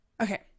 Okay